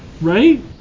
right